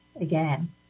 again